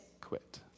quit